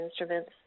instruments